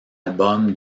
album